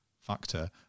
factor